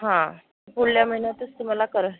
हां पुढल्या महिन्यातच तुम्हाला करंल